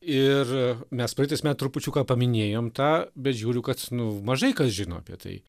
ir mes praeitais met trupučiuką paminėjom tą bet žiūriu kad nu mažai kas žino apie tai